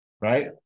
right